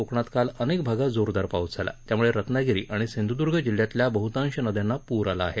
कोकणात काल अनेक भागात जोरदार पाऊस झाला त्यामुळे रत्नागिरी आणि सिंधूदुर्ग जिल्ह्यातल्या बहतांशी नद्यांना पूर आला आहे